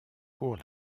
pour